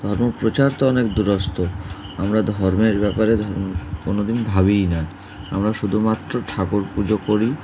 ধর্মপ্রচার তো অনেক দূরস্ত আমরা ধর্মের ব্যাপারে কোনো দিন ভাবিই না আমরা শুধুমাত্র ঠাকুর পুজো করি